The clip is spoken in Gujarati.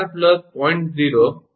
0301√𝑟 છે બરાબર